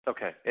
Okay